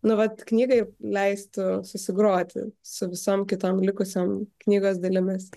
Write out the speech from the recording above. nu vat knygai leistų susigroti su visom kitom likusiom knygos dalimis